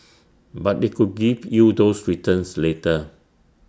but they could give you those returns later